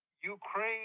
Ukraine